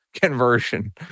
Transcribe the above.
conversion